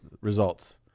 results